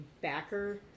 backer